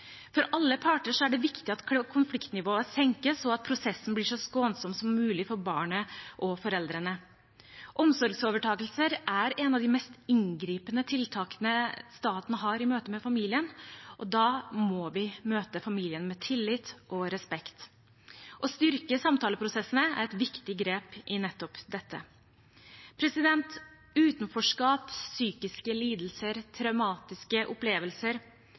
For alle parter er det viktig at konfliktnivået senkes, og at prosessen blir så skånsom som mulig for barnet og foreldrene. Omsorgsovertakelser er et av de mest inngripende tiltakene staten har i møte med familien, og da må vi møte familien med tillit og respekt. Å styrke samtaleprosessene er et viktig grep i nettopp dette. Utenforskap, psykiske lidelser, traumatiske opplevelser